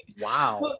Wow